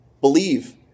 Believe